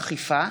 אכיפה),